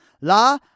La